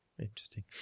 interesting